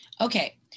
Okay